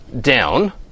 down